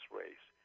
race